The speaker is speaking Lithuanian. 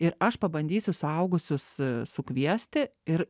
ir aš pabandysiu suaugusius sukviesti ir